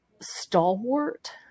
stalwart